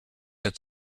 had